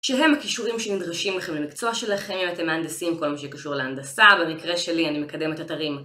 שהם הכישורים שנדרשים לכם, למקצוע שלכם, אם אתם מהנדסים, כל מה שקשור להנדסה, במקרה שלי אני מקדמת אתרים.